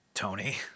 Tony